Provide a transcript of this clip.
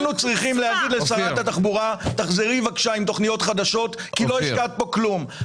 אני לא באתי ועשיתי לכם תכנית לפריפריה,